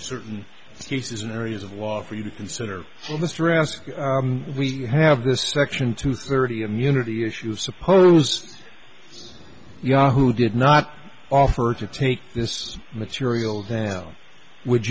certain cases in areas of law for you to consider all the stress we have this section two thirty immunity issues suppose yahoo did not offer to take this material down would